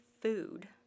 food